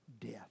death